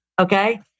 okay